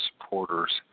supporters